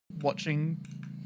watching